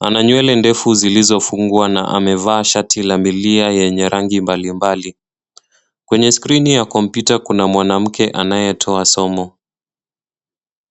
Ana nywele ndefu zilizofungwa na amevaa shati la milia yenye rangi mbalimbali. Kwenye skrini ya kompyuta kuna mwanamke anayetoa somo.